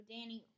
Danny